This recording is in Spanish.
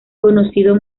conocido